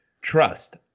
Trust